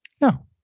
No